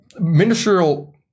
ministerial